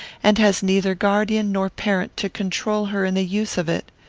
and has neither guardian nor parent to control her in the use of it.